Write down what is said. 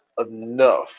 enough